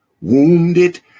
wounded